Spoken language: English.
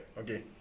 Okay